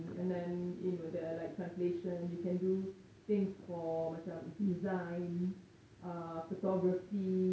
and then you know the like translation you can do things for macam design uh photography